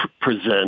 present